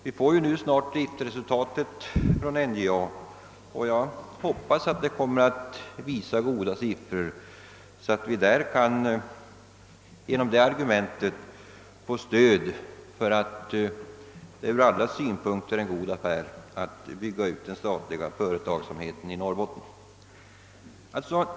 Vi får snart driftresultatet från NJA, och jag hoppas att det kommer att visa goda siffror, så att vi där kan få stöd för argumentet, att det ur alla synpunkter är en god affär att bygga ut den statliga företagsamheten i Norrbotten.